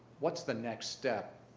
what's the next step,